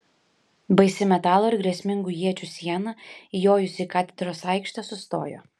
baisi metalo ir grėsmingų iečių siena įjojusi į katedros aikštę sustojo